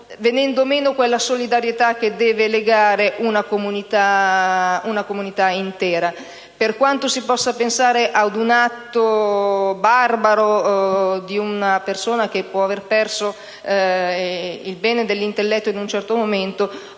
venendo meno quella solidarietà che deve legare una comunità intera. Per quanto si possa pensare ad un atto barbaro di una persona che può aver perso il bene dell'intelletto in un certo momento,